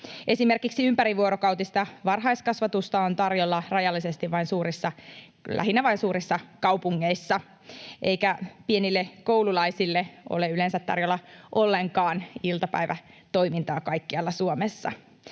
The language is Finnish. Esimerkiksi ympärivuorokautista varhaiskasvatusta on tarjolla rajallisesti, lähinnä vain suurissa kaupungeissa, eikä pienille koululaisille ole yleensä tarjolla ollenkaan iltapäivätoimintaa kaikkialla Suomessa.